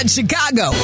Chicago